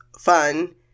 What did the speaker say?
fun